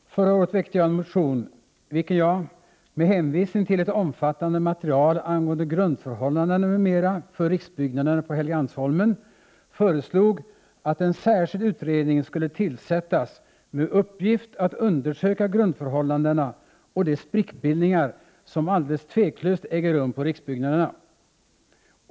Herr talman! Förra året väckte jag en motion, i vilken jag— med hänvisning till ett omfattande material angående grundförhållandena m.m. för riksbyggnaderna på Helgeandsholmen — föreslog att en särskild utredning skulle tillsättas med uppgift att undersöka grundförhållandena och de sprickbildningar som alldeles tveklöst äger rum på riksbyggnaderna.